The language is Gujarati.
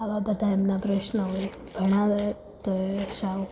આવા બધા એમના પ્રશ્ન હોય ભણાવે તોય સાવ